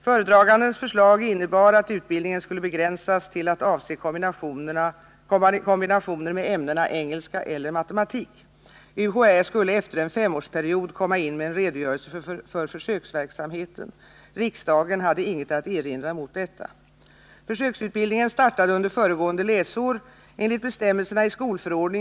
Föredragandens förslag innebar att utbildningen skulle begränsas till att avse kombinationer med ämnena engelska eller matematik. UHÄ skulle efter en femårsperiod komma in med en redogörelse för försöksverksamheten. Riksdagen hade inget att erinra mot detta.